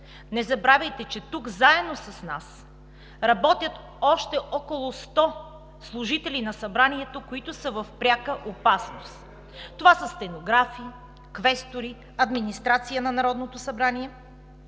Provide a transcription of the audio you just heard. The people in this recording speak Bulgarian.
не забравяйте, че тук заедно с нас работят още около 100 служители на Събранието, които са в пряка опасност! (Реплики от „БСП за България“.) Това са стенографи, квестори, администрация на Народното събрание.